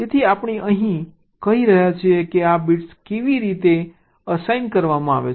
તેથી આપણે અહીં કહી રહ્યા છીએ કે આ બિટ્સ કેવી રીતે અસાઇન કરવામાં આવે છે